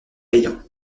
payant